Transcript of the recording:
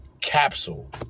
Capsule